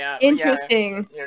Interesting